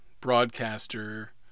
broadcaster